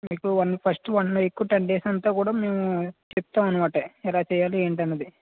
మీకు one first one week ten days అంతా కూడా మేము చెప్తామన్నమాట ఎలా చేయాలి ఏంటన్నది